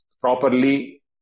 properly